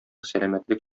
сәламәтлек